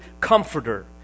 comforter